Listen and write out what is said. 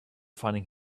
finding